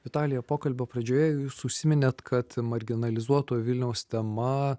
vitalija pokalbio pradžioje jūs užsiminėt kad marginalizuoto viliaus tema